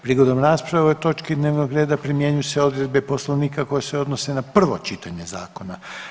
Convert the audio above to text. Prigodom rasprave o ovoj točki dnevnog reda primjenjuju se odredbe Poslovnika koje se odnose na prvo čitanje zakona.